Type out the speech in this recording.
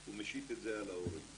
הוא משית את זה על ההורים.